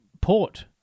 port